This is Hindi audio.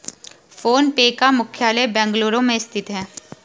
फोन पे का मुख्यालय बेंगलुरु में स्थित है